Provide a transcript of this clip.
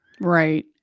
Right